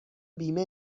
بیمه